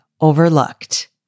overlooked